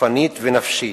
גופנית ונפשית,